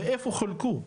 ואיפה חולקו.